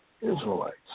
israelites